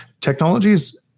technologies